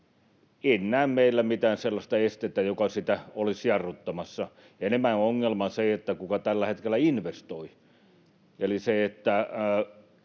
En näe meillä mitään sellaista estettä, joka sitä olisi jarruttamassa. Enemmänhän ongelma on se, kuka tällä hetkellä investoi, eli kun tämä